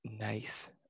Nice